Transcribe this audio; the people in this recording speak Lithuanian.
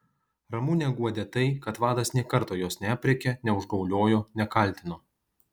ramunę guodė tai kad vadas nė karto jos neaprėkė neužgauliojo nekaltino